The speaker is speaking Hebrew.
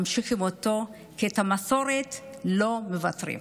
ממשיכים אותו, כי על המסורת לא מוותרים.